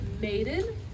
maiden